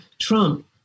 Trump